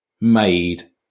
made